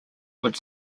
would